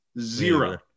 zero